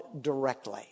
directly